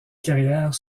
carrières